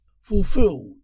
Fulfilled